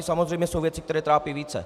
Samozřejmě jsou věci, které trápí více.